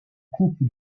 coupe